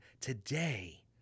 today